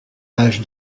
âge